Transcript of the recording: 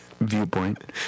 viewpoint